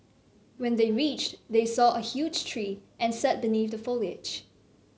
when they reached they saw a huge tree and sat beneath the foliage